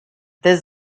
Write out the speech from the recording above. there